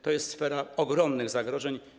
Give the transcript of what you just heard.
To jest sfera ogromnych zagrożeń.